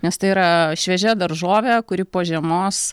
nes tai yra šviežia daržovė kuri po žiemos